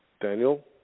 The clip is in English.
Daniel